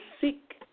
seek